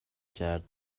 کرد